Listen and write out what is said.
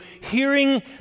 hearing